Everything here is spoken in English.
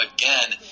again